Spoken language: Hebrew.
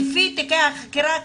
לפי תיקי החקירה - כלום.